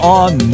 on